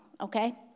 okay